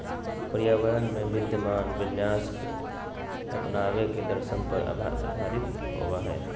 पर्यावरण में विद्यमान विन्यास के अपनावे के दर्शन पर आधारित होबा हइ